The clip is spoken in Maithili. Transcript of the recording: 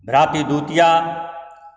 भातृद्वितीया